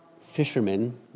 fishermen